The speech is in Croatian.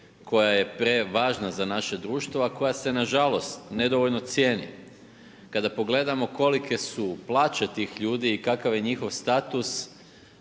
koja je prevažna za naše društvo, a koja se nažalost nedovoljno cijeni. Kada pogledamo kolike su plaće tih ljudi ikakav je njihov status